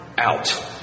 out